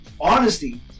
Honesty